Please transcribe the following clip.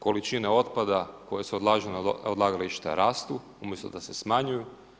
Količine otpada koje se odlažu na odlagališta rastu, umjesto da se smanjuju.